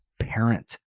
parent